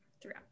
throughout